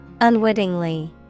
unwittingly